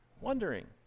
Wondering